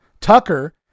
Tucker